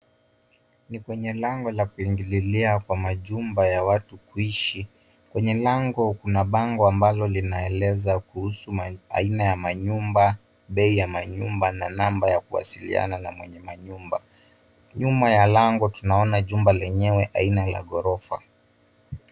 Ni kwenye lango la kuingililia kwa majumba ya watu kuishi. Kwenye lango kuna bango ambalo linaeleza kuhusu aina ya manyumba, bei ya manyumba, na namba ya kuwasiliana na mwenye manyumba. Nyuma ya lango tunaona jumba lenyewe aina ya ghorofa.